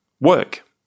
work